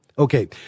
Okay